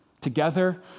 Together